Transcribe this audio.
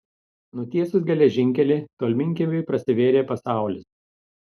nutiesus geležinkelį tolminkiemiui prasivėrė pasaulis